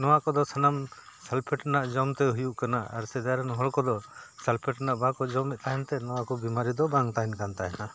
ᱱᱚᱣᱟ ᱠᱚᱫᱚ ᱥᱟᱱᱟᱢ ᱥᱟᱞᱯᱷᱮᱴ ᱨᱮᱱᱟᱜ ᱡᱚᱢ ᱛᱮ ᱦᱩᱭᱩᱜ ᱠᱟᱱᱟ ᱟᱨ ᱥᱮᱫᱟᱭ ᱨᱮᱱ ᱦᱚᱲ ᱠᱚᱫᱚ ᱥᱟᱞᱯᱷᱮᱴ ᱨᱮᱱᱟᱜ ᱵᱟᱠᱚ ᱡᱚᱢᱮᱫ ᱛᱟᱦᱮᱱ ᱛᱮ ᱱᱚᱣᱟ ᱠᱚ ᱵᱮᱢᱟᱨᱤ ᱫᱚ ᱵᱟᱝ ᱛᱟᱦᱮᱱ ᱠᱟᱱ ᱛᱟᱦᱮᱱᱟ